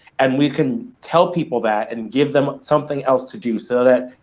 and we can tell people that and give them something else to do so that,